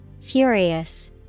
Furious